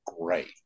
great